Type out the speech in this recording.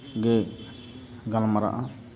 ᱜᱮ ᱜᱟᱞᱢᱟᱨᱟᱜᱼᱟ